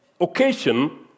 occasion